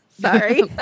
Sorry